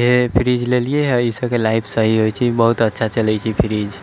इहे फ्रीज लेलियै हय अइ सभके लाइफ सही होइ छै बहुत अच्छा होइ छै ई फ्रीज